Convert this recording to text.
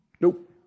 Nope